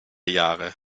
jahre